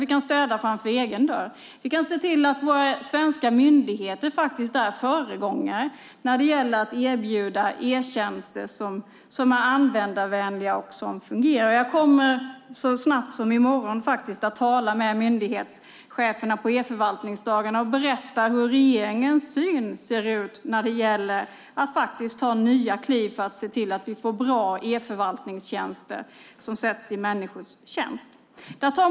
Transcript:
Vi kan städa framför egen dörr. Vi kan se till att våra svenska myndigheter är föregångare när det gäller att erbjuda e-tjänster som är användarvänliga och fungerar. Jag kommer redan i morgon att tala med myndighetscheferna på e-förvaltningsdagarna och berätta om regeringens syn på att ta nya kliv för att se till att vi får bra e-förvaltningstjänster, sådana som sätts i människors tjänst.